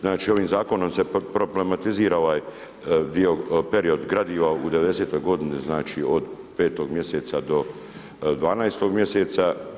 Znači ovim zakonom se problematizira ovaj dio, period gradiva u '90. g. znači od 5. mjeseca do 12. mjeseca.